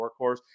workhorse